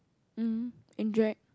um and drag